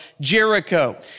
Jericho